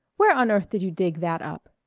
where on earth did you dig that up?